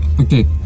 Okay